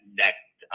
next